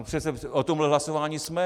Přece o tomhle hlasování jsme...